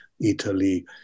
Italy